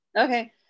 okay